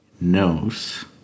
knows